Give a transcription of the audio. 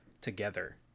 together